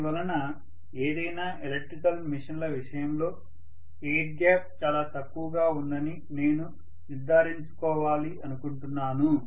దీనివలన ఏదైనా ఎలక్ట్రికల్ మెషీన్ల విషయంలోఎయిర్ గ్యాప్ చాలా తక్కువగా ఉందని నేను నిర్ధారించుకోవాలనుకుంటున్నాను